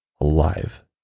alive